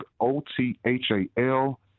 O-T-H-A-L